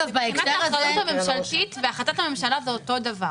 האחריות הממשלתית והחלטת הממשלה זה אותו דבר.